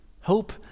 Hope